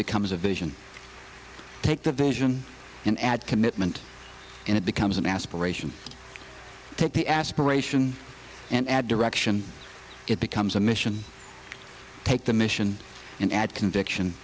becomes a vision take that vision and add commitment and it becomes an aspiration take the aspiration and add direction it becomes a mission take the mission and add conviction